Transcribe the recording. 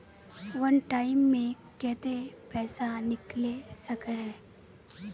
वन time मैं केते पैसा निकले सके है?